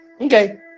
Okay